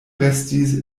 restis